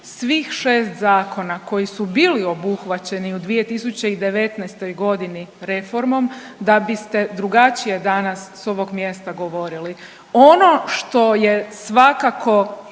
svih šest zakona koji su bili obuhvaćeni u 2019.g. reformom da biste drugačije danas s ovog mjesta govorili. Ono što je svakako